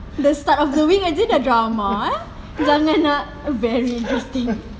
the start of the week jer dah drama eh jangan nak very interesting